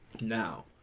now